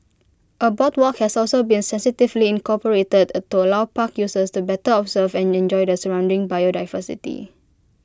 A boardwalk has also been sensitively incorporated to allow park users to better observe and enjoy the surrounding biodiversity